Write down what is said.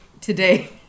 today